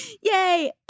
Yay